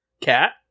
Cat